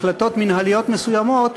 החלטות מינהליות מסוימות,